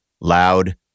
loud